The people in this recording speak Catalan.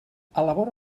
elabora